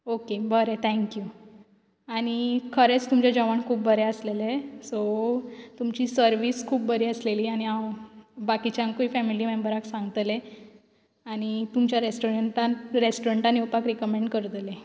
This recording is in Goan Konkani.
ओके बरें थैंक यू आनी खरेंच तुमचें जेवण खूब बरें आसलेलें सो तुमची सर्वीस खूब बरी आसलेली आनी हांव बाकिच्यांकूय फेमिली मेम्बरांक सांगतलें आनी तुमच्या रेस्टॉरंटान रेस्टॉरंटांत येवपाक रिकमेंड करतलें